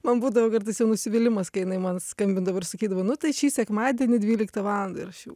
man būdavo kartais jau nusivylimas kai jinai man skambindavo ir sakydavo nu tai šį sekmadienį dvyliktą valandą ir aš jau